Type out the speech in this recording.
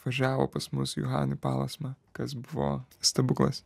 atvažiavo pas mus hanibalasma kas buvo stebuklas